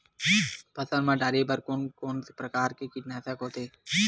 फसल मा डारेबर कोन कौन प्रकार के कीटनाशक होथे?